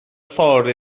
ffordd